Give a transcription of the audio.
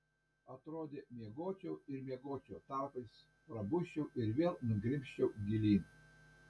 atrodė miegočiau ir miegočiau tarpais prabusčiau ir vėl nugrimzčiau gilyn